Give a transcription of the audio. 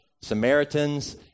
Samaritans